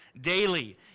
daily